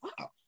wow